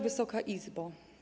Wysoka Izbo!